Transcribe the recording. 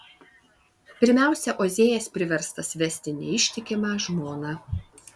pirmiausia ozėjas priverstas vesti neištikimą žmoną